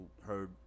heard